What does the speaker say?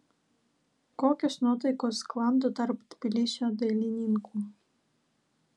kokios nuotaikos sklando tarp tbilisio dailininkų